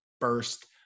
first